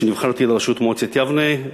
כשנבחרתי לראשות מועצת יבנה.